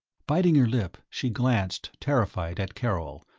biting her lip, she glanced, terrified, at karol,